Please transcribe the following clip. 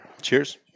Cheers